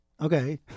okay